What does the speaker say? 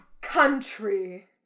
country